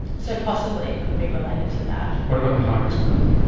so possibly it could be related to that. what about the high risk women?